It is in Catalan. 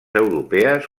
europees